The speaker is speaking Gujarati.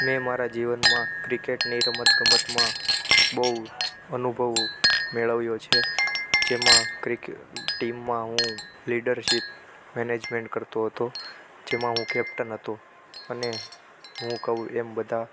મેં મારા જીવનમાં ક્રિકેટની રમત ગમતમાં બહુ અનુભવ મેળવ્યો છે જેમાં